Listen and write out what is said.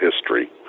history